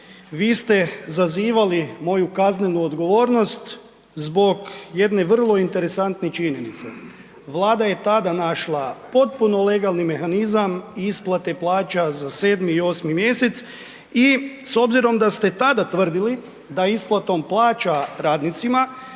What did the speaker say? vi ste zazivali moju kaznenu odgovornost zbog jedne vrlo interesantne činjenice. Vlada je tada našla potpuno legalni mehanizam isplate plaća za 7. i 8. mjesec i s obzirom da ste tada tvrdili da isplatom plaća radnicima